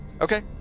Okay